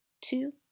two